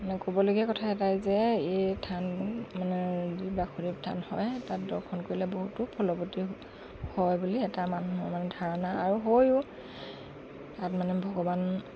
মানে ক'বলগীয়া কথা এটাই যে এই থান মানে যি বাসুদেৱ থান হয় তাত দৰ্শন কৰিলে বহুতো ফলৱৰ্তী হয় বুলি এটা মানুহৰ মানে ধাৰণা আৰু হয়ো তাত মানে ভগৱান